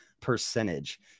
Percentage